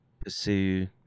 pursue